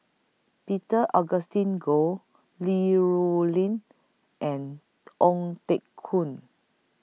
Peter Augustine Goh Li Rulin and Ong Teng Koon